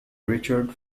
richard